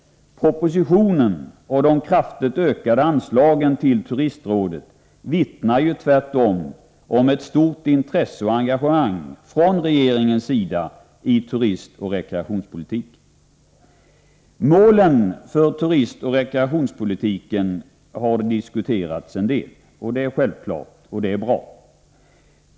Propositionen och de kraftigt ökade anslagen till Turistrådet vittnar tvärtom om ett stort intresse och engagemang från regeringens sida för turistoch rekreationspolitiken. Målen för turistoch rekreationspolitiken har diskuterats en del. Det är självklart, och det är bra.